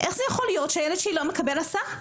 איך יכול להיות שהילד שלי לא מקבל הסעה?